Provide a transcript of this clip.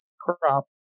crop